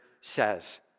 says